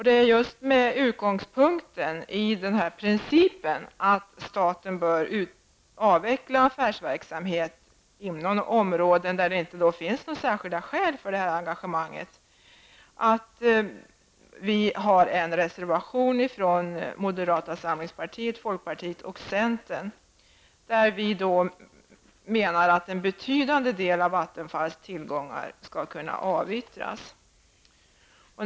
Det är just med utgångspunkt i denna princip, att staten bör avveckla affärsverksamhet inom områden där det inte finns särskilda skäl för detta engagemang, som vi har en gemensam reservation från moderata samlingspartiet, folkpartiet och centern, där vi framför att en betydande del av Vattenfalls tillgångar skall kunna avyttras.